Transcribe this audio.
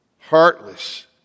Heartless